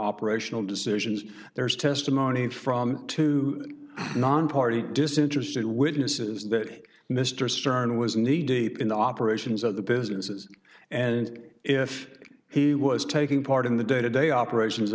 operational decisions there's testimony from two nonparty disinterested witnesses that mr stern was knee deep in the operations of the businesses and if he was taking part in the day to day operations